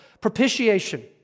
propitiation